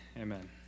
amen